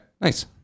Nice